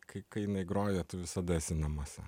kai kai jinai groja tu visada esi namuose